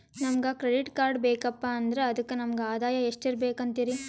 ನಮಗ credit card ಬೇಕಪ್ಪ ಅಂದ್ರ ಅದಕ್ಕ ನಮಗ ಆದಾಯ ಎಷ್ಟಿರಬಕು ಅಂತೀರಿ?